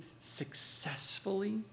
successfully